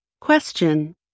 Question